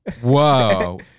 Whoa